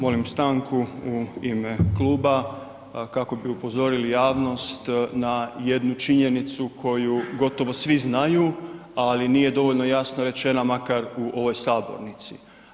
Molim stanku u ime kluba kako bi upozorili javnost na jednu činjenicu koju gotovo svi znaju, ali nije dovoljno jasno rečena, makar u ovoj sabornici.